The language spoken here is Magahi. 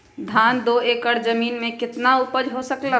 धान दो एकर जमीन में कितना उपज हो सकलेय ह?